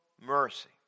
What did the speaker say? mercy